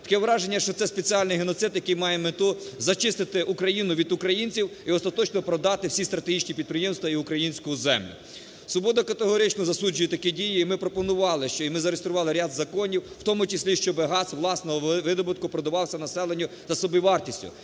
Таке враження, що це спеціальний геноцид, який має мету зачистити Україну від українців і остаточно продати всі стратегічні підприємства і українську землю. "Свобода" категорично засуджує такі дії. І ми пропонували, і ми зареєстрували ряд законів, в тому числі щоби газ власного видобутку продавався населенню за собівартістю,